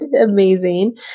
amazing